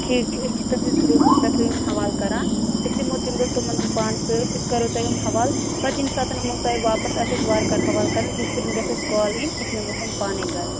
ٹھِیٖک چھُ أسۍ چھِ تُہٕنٛدِس بَروسَس پٮ۪ٹھٕ یِم حوالہٕ کران أسۍ یِمو تمہِ دۄہ تِمن پانہٕ سۭتۍ أسۍ کرو تِمن حوالہٕ پتہٕ ییٚمہِ سَاتہٕ یِمن تۅہہِ واپس آسہِ وارٕکارٕ حوالہٕ کرُن تِتھٕ کٔنۍ گَژھِ اَسہِ کَال یِنۍ أسۍ نِمہوکھ یِم پانٕے گرٕ